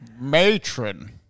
matron